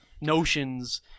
notions